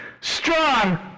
strong